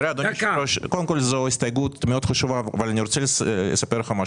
זו הסתייגות מאוד חשובה אבל אני רוצה לספר לך משהו.